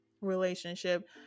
relationship